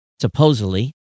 supposedly